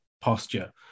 posture